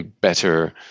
better